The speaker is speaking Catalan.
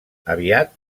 aviat